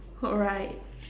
alright